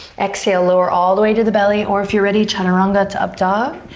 exhale, lower all the way to the belly or, if you're ready, chaturanga to up dog.